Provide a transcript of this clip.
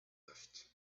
left